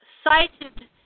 cited